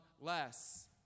less